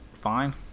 fine